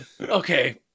okay